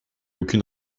aucune